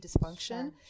dysfunction